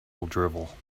drivel